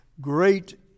great